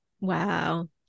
Wow